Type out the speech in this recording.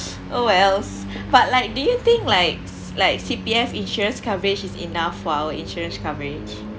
oh else but like do you think like like C_P_F insurance coverage is enough for our insurance coverage